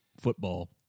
Football